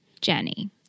Jenny